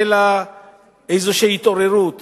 החלה איזושהי התעוררות